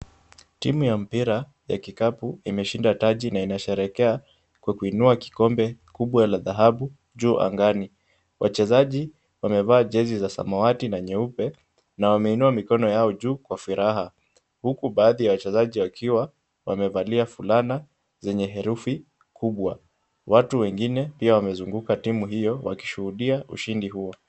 Timu ya mpira wa kikapu imeshinda taji na inasherehekea kwa kuinua kombe kubwa la dhahabu juu angani. Wachezaji wamevaa jezi za samawati na nyeupe na wameinua mikono yao juu kwa furaha huku baadhi ya wachezaji wakiwa wamevalia fulana zenye herufi kubwa. Watu wengine pia wamezunguka timu hio wakishuhudia ushindi huo.